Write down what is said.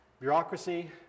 Bureaucracy